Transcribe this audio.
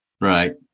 Right